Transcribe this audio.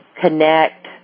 connect